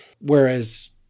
Whereas